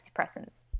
antidepressants